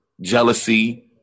jealousy